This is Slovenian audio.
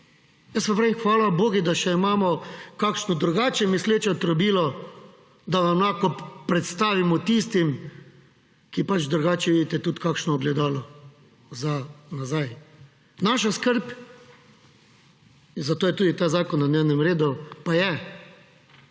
Jaz pa pravim, hvala bogu, da imamo še kakšno drugače misleče trobilo, da vam lahko postavimo, tistim, ki pač drugače vidite, tudi kakšno ogledalo nazaj. Naša skrb, in zato je tudi ta zakon na dnevnem redu, pa je,